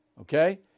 okay